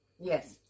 Yes